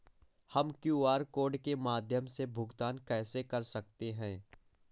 हम QR code के माध्यम से भुगतान कैसे कर सकते हैं?